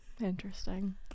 Interesting